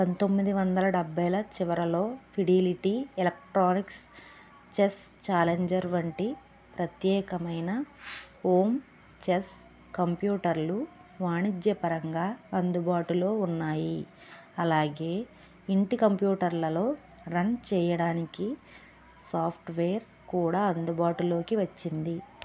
పంతొమ్మిది వందల డెబ్బైలో చివరలో ఫిడిలిటీ ఎలక్ట్రానిక్స్ చెస్ ఛాలెంజర్ వంటి ప్రత్యేకమైన ఓం చెస్ కంప్యూటర్లు వాణిజ్యపరంగా అందుబాటులో ఉన్నాయి అలాగే ఇంటి కంప్యూటర్లలో రన్ చేయడానికి సాఫ్ట్వేర్ కూడా అందుబాటులోకి వచ్చింది